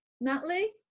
Natalie